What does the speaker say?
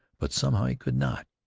but somehow he could not.